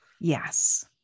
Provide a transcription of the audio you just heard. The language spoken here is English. Yes